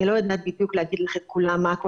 אני לא יודעת בדיוק להגיד לך מה כל